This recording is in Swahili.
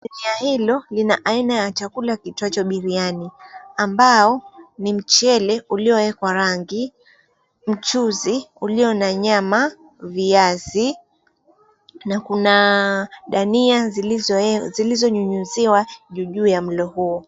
Sinia hilo lina chakula kiitwacho biriyani, ambao ni mchele ulioekwa rangi, mchuzi ulio na nyama, viazi na kuna dania zilizonyunyuziwa juu juu ya mlo huo.